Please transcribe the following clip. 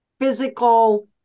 physical